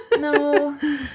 no